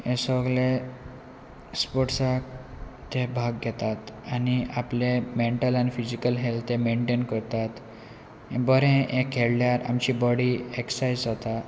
हे सगले स्पोर्ट्सांक ते भाग घेतात आनी आपले मेंटल आनी फिजिकल हेल्थ ते मेंटेन करतात बरें हें खेळ्यार आमची बॉडी एक्सरयायज जाता